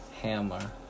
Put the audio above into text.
Hammer